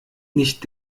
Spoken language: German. nicht